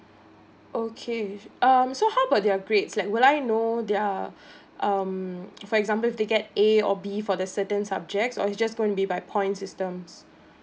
okay um so how about their grades like will I know their um for example if they get a or b for the certain subjects or it's just going to be by points systems